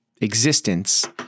Existence